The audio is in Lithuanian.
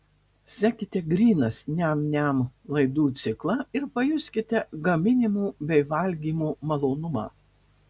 sekite grynas niam niam laidų ciklą ir pajuskite gaminimo bei valgymo malonumą